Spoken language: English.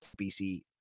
BC